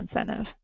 incentive